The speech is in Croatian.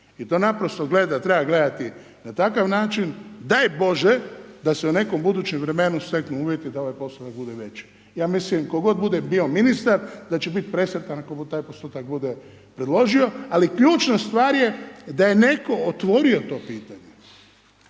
I to naprosto gledat, treba gledati na takav način, daj Bože, da se u nekom budućem vremenu steknu uvjeti da ovaj posao ne bude veći, ja mislim tko god bude bio ministar, da će biti presretan ako mu taj % bude predložio, ali ključna stvar je da je netko otvorio to pitanje,